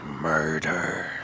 murder